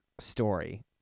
story